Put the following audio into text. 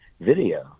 video